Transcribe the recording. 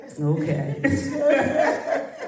okay